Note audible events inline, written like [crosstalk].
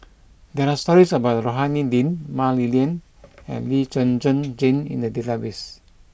there are stories about Rohani Din Mah Li Lian and Lee Zhen Zhen [noise] Jane in the database